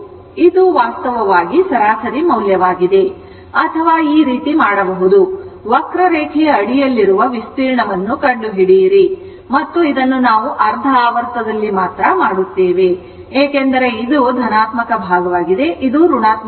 ಆದ್ದರಿಂದ ಇದು ವಾಸ್ತವವಾಗಿ ಸರಾಸರಿ ಮೌಲ್ಯವಾಗಿದೆ ಅಥವಾ ಈ ರೀತಿ ಮಾಡಬಹುದು ವಕ್ರರೇಖೆಯ ಅಡಿಯಲ್ಲಿರುವ ವಿಸ್ತೀರ್ಣವನ್ನು ಕಂಡುಹಿಡಿಯಿರಿ ಮತ್ತು ನಾವು ಇದನ್ನು ಅರ್ಧ ಆವರ್ತದಲ್ಲಿ ಮಾತ್ರ ಮಾಡುತ್ತೇವೆ ಏಕೆಂದರೆ ಇದು ಧನಾತ್ಮಕ ಭಾಗವಾಗಿದೆ ಇದು ಋಣಾತ್ಮಕವಾಗಿರುತ್ತದೆ